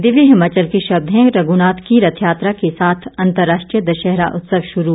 दिव्य हिमाचल के शब्द हैं रघुनाथ की रथ यात्रा के साथ अंतर्राष्ट्रीय दशहरा उत्सव शुरू